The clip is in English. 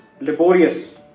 laborious